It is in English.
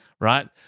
right